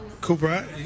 Cooper